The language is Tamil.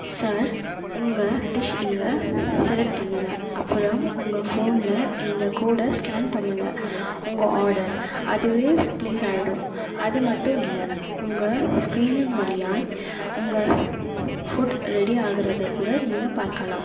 சார் உங்கள் டிஷ் இங்கே செலக்ட் பண்ணுங்கள் அப்புறம் உங்கள் ஃபோன்ல இந்த கோடை ஸ்கேன் பண்ணுங்கள் உங்கள் ஆர்டர் அதுவே ப்ளேஸ் ஆகிடும் அது மட்டும் இல்லை உங்கள் ஸ்க்ரீனின் வழியாய் உங்கள் ஃபுட் ரெடி ஆகிறத கூட நீங்கள் பார்க்கலாம்